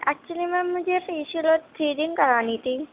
actually ma'am مجھے facial اور threading کرانی تھی